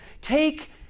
Take